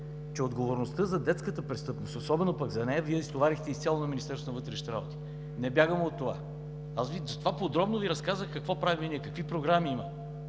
че отговорността за детската престъпност, особено пък за нея, Вие я стоварихте изцяло на Министерството на вътрешните работи. Не бягам от това и затова подробно Ви разказах какво правим ние, какви програми има.